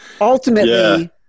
Ultimately